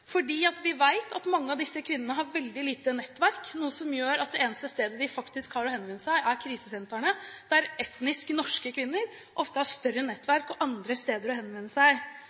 fordi vi vet at mange av disse kvinnene har veldig lite nettverk, noe som gjør at det eneste stedet de faktisk har å henvende seg, er krisesentrene, der etnisk norske kvinner ofte har større nettverk og andre steder å henvende seg.